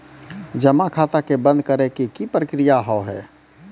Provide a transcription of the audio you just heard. जमा खाता के बंद करे के की प्रक्रिया हाव हाय?